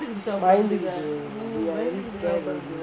பயந்துகிட்டு:bayanthukittu they are very scared already